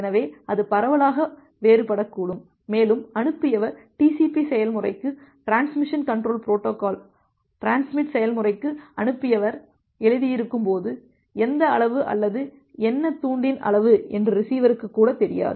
எனவே அது பரவலாக வேறுபடக்கூடும் மேலும் அனுப்பியவர் TCP செயல்முறைக்கு டிரான்ஸ்மிஷன் கண்ட்ரோல் புரோட்டோகால் டிரான்ஸ்மிட் செயல்முறைக்கு அனுப்பியவர் எழுதியிருக்கும் போது எந்த அளவு அல்லது என்ன துண்டின் அளவு என்று ரிசீவருக்கு கூட தெரியாது